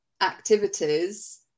activities